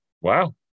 Wow